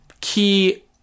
key